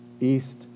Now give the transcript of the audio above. east